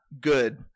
good